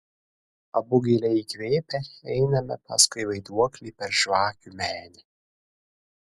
abu giliai įkvėpę einame paskui vaiduoklį per žvakių menę